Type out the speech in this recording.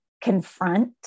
confront